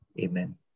Amen